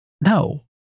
No